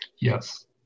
Yes